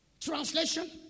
translation